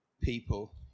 people